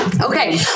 Okay